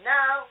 Now